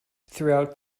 throughout